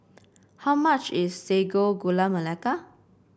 how much is Sago Gula Melaka